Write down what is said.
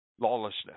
lawlessness